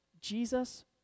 Jesus